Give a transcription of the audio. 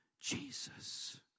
Jesus